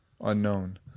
Unknown